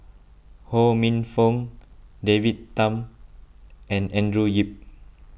Ho Minfong David Tham and Andrew Yip